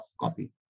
copy